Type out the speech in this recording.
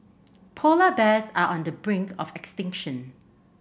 polar bears are on the brink of extinction